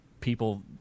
people